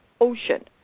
ocean